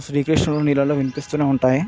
శ్రీకృష్ణుని లీలలు వినిపిస్తూనే ఉంటాయి